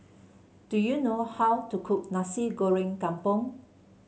do you know how to cook Nasi Goreng Kampung